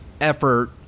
effort